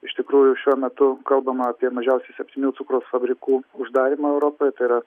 iš tikrųjų šiuo metu kalbama apie mažiausiai septynių cukraus fabrikų uždarymą europoj tai yra